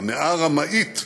"המאה הרמאית",